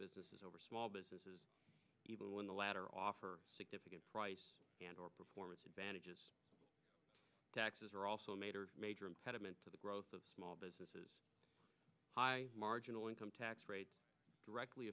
businesses over small businesses even when the latter offer significant price and or performance advantages taxes are also a major major impediment to the growth of small businesses high marginal income tax rates directly